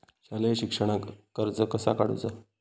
शालेय शिक्षणाक कर्ज कसा काढूचा?